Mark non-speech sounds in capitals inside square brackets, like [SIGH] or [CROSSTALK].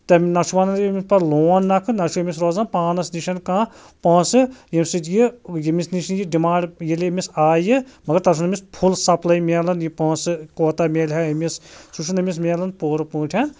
تَمہِ نَہ چھُ [UNINTELLIGIBLE] پَتہٕ لون نَکھٕ نَہ چھُ أمِس روزان پانَس نِش کانٛہہ پونٛسہٕ ییٚمہِ سۭتۍ یہِ ییٚمِس نِش یہِ ڈِمانٛڈ ییٚلہِ أمِس آیہِ مگر تَتھ [UNINTELLIGIBLE] أمِس فُل سَپلَے مِلان یہِ پونٛسہٕ کوتاہ مِلہِ ہا أمِس سُہ چھُنہٕ أمِس مِلان پوٗرٕ پٲٹھۍ